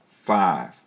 Five